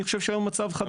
אני חושב שהיום זה מצב חדש.